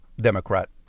Democrat